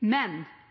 Men